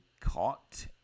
caught